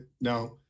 Now